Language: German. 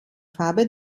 farbe